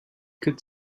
could